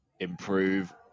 improve